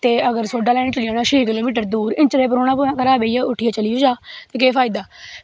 ते अगर सोह्डा लैन चली जाना होऐ छो किलो मीटर दूर इन्नै चिरै च परौना भामैं उट्ठियै घरा चली बी जा ते केह् फायदा